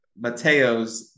Mateos